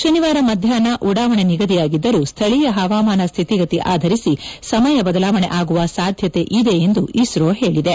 ಶನಿವಾರ ಮಧ್ಯಾಹ್ವ ಉಡಾವಣೆ ನಿಗದಿಯಾಗಿದ್ದರೂ ಸ್ತಳೀಯ ಹವಾಮಾನ ಸ್ತಿತಿಗತಿ ಆಧರಿಸಿ ಸಮಯ ಬದಲಾವಣೆ ಆಗುವ ಸಾಧ್ಯತೆ ಇದೆ ಎಂದು ಇಸ್ರೋ ಹೇಳಿದೆ